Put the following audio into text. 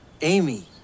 Amy